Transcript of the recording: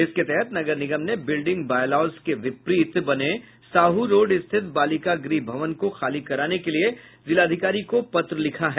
इसके तहत नगर निगम ने बिल्डिंग बायलॉज के विपरीत बने साहू रोड स्थित बालिका गृह भवन को खाली कराने के लिए जिलाधिकारी को पत्र लिखा है